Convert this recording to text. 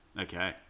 Okay